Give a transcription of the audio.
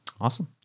Awesome